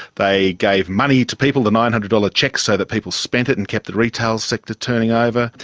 they gave money to people, the nine hundred dollars cheques so that people spent it and kept the retail sector turning over,